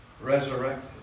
resurrected